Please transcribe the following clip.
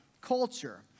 culture